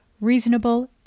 reasonable